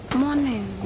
morning